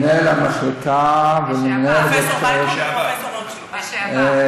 מנהל המחלקה ומנהל, לשעבר.